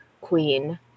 queen